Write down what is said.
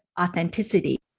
authenticity